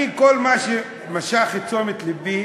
מה שמשך את תשומת לבי,